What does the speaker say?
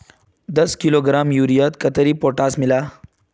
दस किलोग्राम यूरियात कतेरी पोटास मिला हाँ?